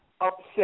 upset